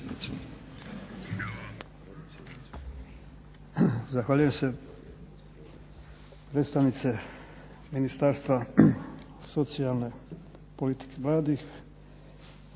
Zahvaljujem se, predstavnice Ministarstva socijalne politike i